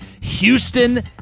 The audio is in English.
Houston